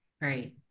Right